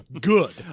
Good